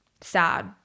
sad